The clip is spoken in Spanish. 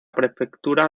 prefectura